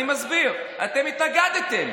אתם התנגדתם.